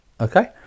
Okay